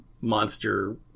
monster